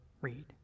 read